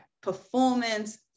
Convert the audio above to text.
performance